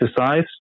exercise